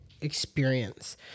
experience